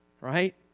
Right